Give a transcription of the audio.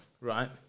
right